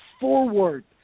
forward